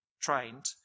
trained